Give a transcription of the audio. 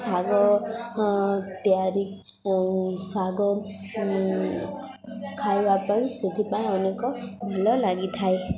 ଶାଗ ତିଆରି ଶାଗ ଖାଇବା ପାଇଁ ସେଥିପାଇଁ ଅନେକ ଭଲ ଲାଗିଥାଏ